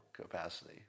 capacity